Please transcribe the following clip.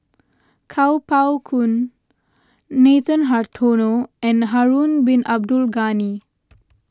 Kuo Pao Kun Nathan Hartono and Harun Bin Abdul Ghani